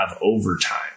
overtime